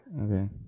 Okay